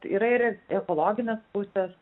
yra ir ekologinės pusės